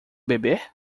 bebê